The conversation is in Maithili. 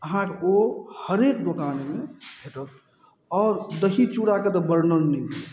अहाँके ओ हरेक दोकानमे भेटत आओर दही चूड़ाके तऽ वर्णन नहि हुए